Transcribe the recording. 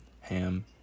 Ham